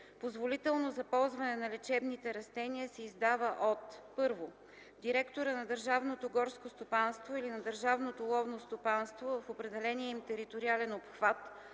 Позволително за ползване на лечебните растения се издава от: 1. директора на държавното горско стопанство или на държавното ловно стопанство в определения им териториален обхват